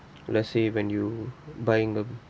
let's say when you buying a